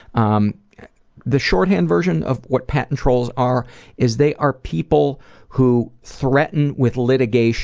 um the shorthand version of what patent trolls are is they are people who threaten with litigation